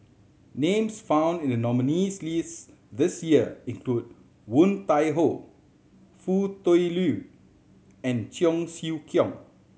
names found in the nominees' list this year include Woon Tai Ho Foo Tui Liew and Cheong Siew Keong